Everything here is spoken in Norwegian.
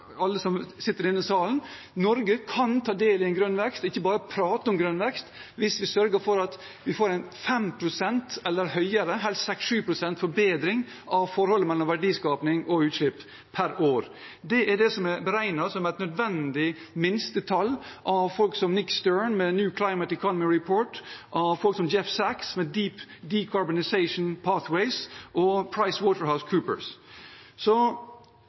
alle som sitter i denne salen: Norge kan ta del i en grønn vekst, og ikke bare prate om grønn vekst, hvis vi sørger for at vi får en 5 pst. eller mer – helst 6–7 pst. – forbedring av forholdet mellom verdiskaping og utslipp per år. Det er det som er beregnet som et nødvendig minstetall av folk som Nicholas Stern, med New Climate Economy Report, Jeffrey Sachs, med Deep Decarbonization Pathways Project, og PriceWaterHouseCoopers.